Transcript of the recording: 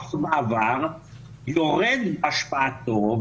לפחות בעבר, יורד בהשפעתו.